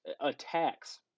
attacks